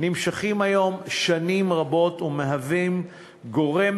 נמשכים היום שנים רבות ומהווים גורם